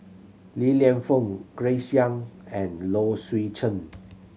Li Lienfung Grace Young and Low Swee Chen